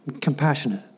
Compassionate